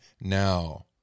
now